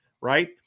Right